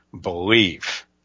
believe